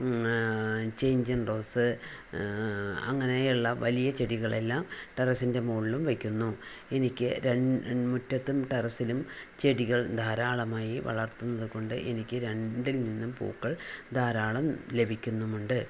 change in rose അങ്ങനെയുള്ള വലിയ വലിയ ചെടികളെല്ലാം ടെറസ്സിൻ്റെ മോളിലും വയ്ക്കുന്നു എനിക്ക് രൺ മുറ്റത്തും ടെറസിലും ചെടികൾ ധാരാളമായി വളർത്തുന്നത് കൊണ്ട് എനിക്ക് രണ്ടിൽ നിന്നും പൂക്കൾ ധാരാളം ലഭിക്കുന്നുമുണ്ട്